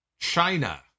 China